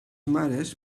mares